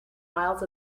miles